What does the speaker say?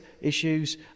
issues